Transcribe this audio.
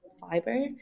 fiber